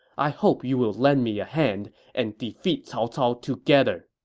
i hope you will lend me a hand and defeat cao cao together.